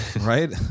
right